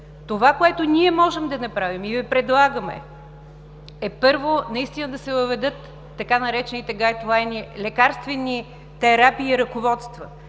Това, което ние можем да направим и предлагаме, е, първо, наистина да се въведат така наречените гайтлайни за лекарствени терапии и ръководства